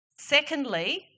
Secondly